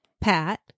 Pat